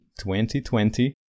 2020